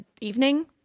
evening